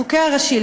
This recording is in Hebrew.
החוקר הראשי,